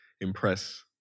impress